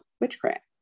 witchcraft